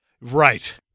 Right